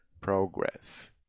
progress